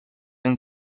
and